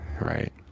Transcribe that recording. right